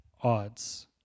odds